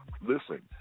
listen